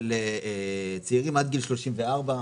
צעירים עד גיל 34,